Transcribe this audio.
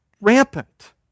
rampant